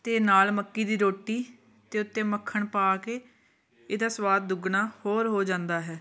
ਅਤੇ ਨਾਲ ਮੱਕੀ ਦੀ ਰੋਟੀ ਅਤੇ ਉੱਤੇ ਮੱਖਣ ਪਾ ਕੇ ਇਹਦਾ ਸਵਾਦ ਦੁੱਗਣਾ ਹੋਰ ਹੋ ਜਾਂਦਾ ਹੈ